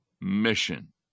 mission